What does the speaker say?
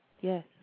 Yes